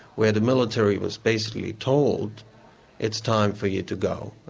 where the military was basically told it's time for you to go.